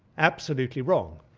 absolutely wrong.